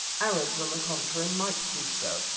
arabs, on the contrary, might do so,